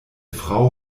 frau